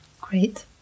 Great